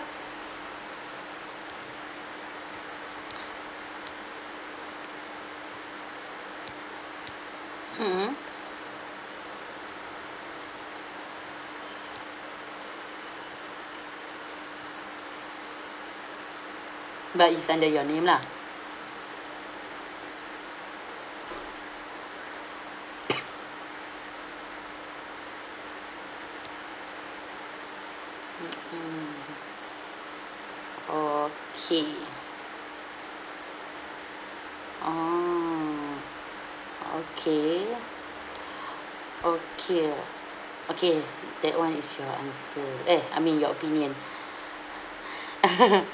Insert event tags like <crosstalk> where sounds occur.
mmhmm but is under your name lah <coughs> mm mm okay oh okay <breath> okay ah okay that one is your answer eh I mean your opinion <breath> <laughs>